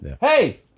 Hey